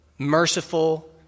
merciful